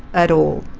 at all.